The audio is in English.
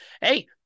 Hey